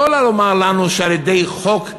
לא לומר לנו שעל-ידי חוק,